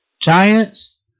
Giants